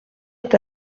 est